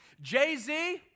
Jay-Z